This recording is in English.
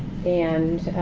and